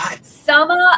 Summer